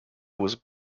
was